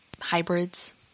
Hybrids